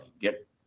get